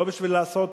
לא בשביל לעשות